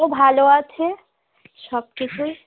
ভালো আছে সব কিছুই